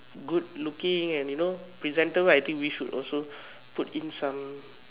good looking and you know presentable I think we should also put in some